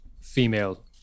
female